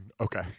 okay